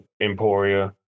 Emporia